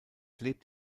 lebt